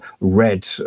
red